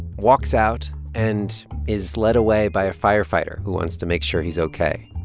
walks out and is led away by a firefighter who wants to make sure he's ok.